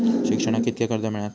शिक्षणाक कीतक्या कर्ज मिलात?